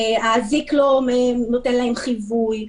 האזיק לא נותן חיווי,